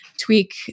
Tweak